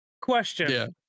Question